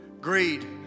greed